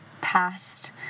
past